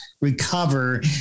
recover